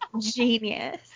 genius